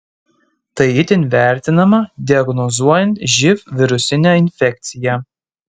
tai itin vertinama diagnozuojant živ virusinę infekciją